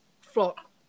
Flock